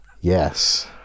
yes